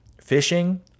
fishing